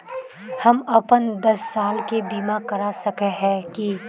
हम अपन दस साल के बीमा करा सके है की?